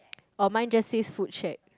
oh mine just says food shack